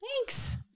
Thanks